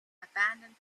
abandoned